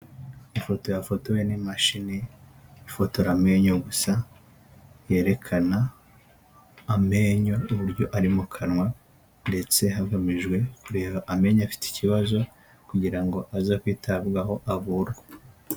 Ifoto yafotowe n'imashini ifotora amenyo gusa, yerekana amenyo n' uburyo ari mukanwa, ndetse hagamijwe kureba amenyo afite ikibazo, kugira ngo aze kwitabwaho avurwe.